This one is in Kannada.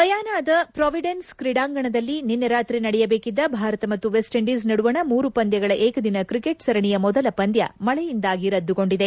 ಗಯಾನದ ಪ್ರಾವಿಡೆನ್ಸ್ ಕ್ರೀಡಾಂಗಣದಲ್ಲಿ ನಿನ್ನೆ ರಾತ್ರಿ ನಡೆಯಬೇಕಿದ್ದ ಭಾರತ ಮತ್ತು ವೆಸ್ಟ್ ಇಂಡೀಸ್ ನಡುವಣ ಮೂರು ಪಂದ್ಯಗಳ ಏಕದಿನ ಕ್ರಿಕೆಟ್ ಸರಣಿಯ ಮೊದಲ ಪಂದ್ಯ ಮಳೆಯಿಂದಾಗಿ ರದ್ದುಗೊಂಡಿದೆ